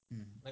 mm